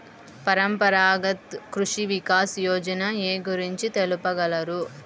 పరంపరాగత్ కృషి వికాస్ యోజన ఏ గురించి తెలుపగలరు?